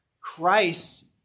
Christ